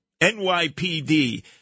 NYPD